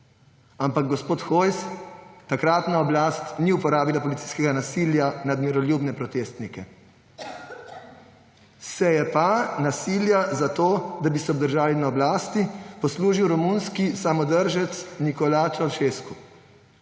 Ampak, gospod Hojs, takratna oblast ni uporabila policijskega nasilja nad miroljubnimi protestniki. Se je pa nasilja, da bi se obdržal na oblasti, poslužil romunski samodržec Nikolaj Ceausescu.